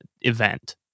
event